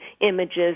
images